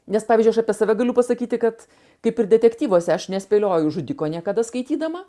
nes pavyzdžiui aš apie save galiu pasakyti kad kaip ir detektyvuose aš nespėlioju žudiko niekada skaitydama